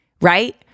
right